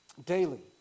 daily